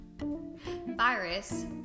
virus